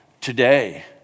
Today